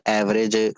average